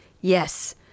yes